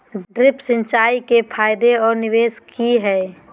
Drip सिंचाई के फायदे और निवेस कि हैय?